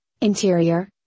interior